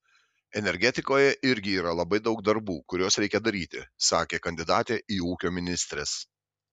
energetikoje irgi yra labai daug darbų kuriuos reikia daryti sakė kandidatė į ūkio ministres